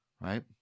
right